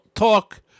Talk